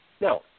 Now